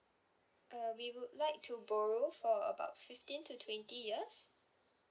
uh we would like to borrow for about fifteen to twenty years